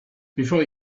before